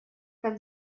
так